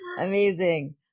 Amazing